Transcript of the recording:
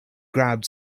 grabbed